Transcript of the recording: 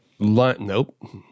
Nope